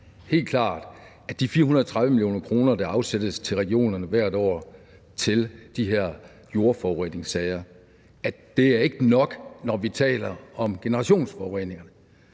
sig klart, at de 430 mio. kr., der afsættes til regionerne hvert år til de her jordforureningssager, ikke er nok, når vi taler om generationsforureninger.